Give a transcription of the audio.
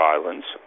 Islands